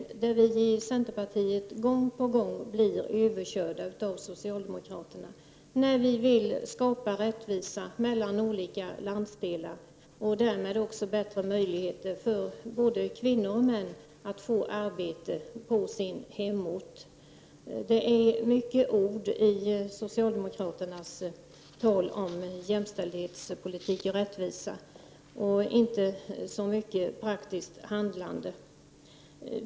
I fråga om den blir vi i centerpartiet gång på gång överkörda av socialdemokraterna när vi vill skapa rättvisa mellan olika landsdelar och därmed också bättre möjligheter för både kvinnor och män att få arbete på sin hemort. Det är mycket ord när det gäller socialdemokraternas tal om jämställdhetspolitik och rättvisa, men inte så mycket praktiskt handlande.